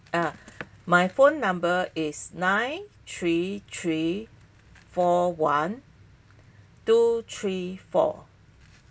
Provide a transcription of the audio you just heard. ah my phone number is nine three three four one two three four